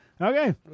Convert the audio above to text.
okay